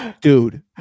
Dude